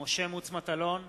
משה מטלון,